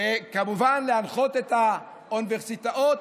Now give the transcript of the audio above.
וכמובן להנחות את האוניברסיטאות,